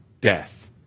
death